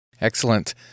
Excellent